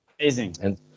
Amazing